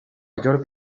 york